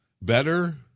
Better